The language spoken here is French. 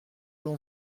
l’on